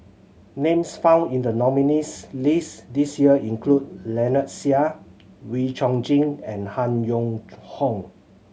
names found in the nominees' list this year include Lynnette Seah Wee Chong Jin and Han Yong Hong